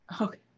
Okay